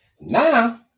Now